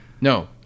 No